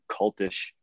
cultish